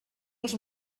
els